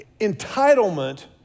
Entitlement